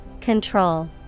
Control